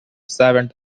seventh